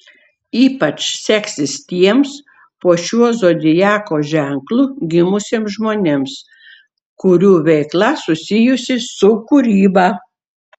ypač seksis tiems po šiuo zodiako ženklu gimusiems žmonėms kurių veikla susijusi su kūryba